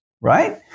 Right